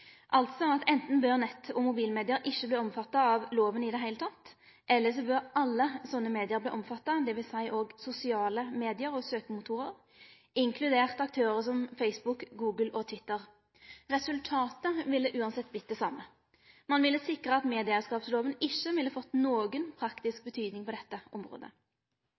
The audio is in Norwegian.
Altså: Enten bør nett- og mobilmedia ikkje verte omfatta av loven i det heile, eller så bør alle sånne media verte omfatta, dvs. òg sosiale media og søkemotorar, inkludert aktørar som Facebook, Google og Twitter. Resultatet ville uansett vorte det same. Ein ville sikre at medieeigarskapsloven ikkje ville fått noka praktisk betyding på dette området.